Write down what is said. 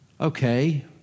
Okay